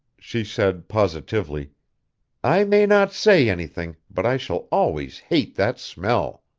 she said positively i may not say anything, but i shall always hate that smell.